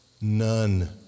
None